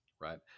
right